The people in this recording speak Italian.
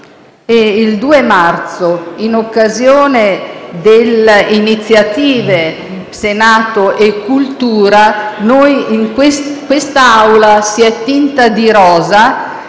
il 2 marzo, in occasione delle iniziative «*Senato & Cultura»*, quest'Aula si è tinta di rosa